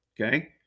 Okay